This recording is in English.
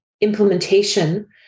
implementation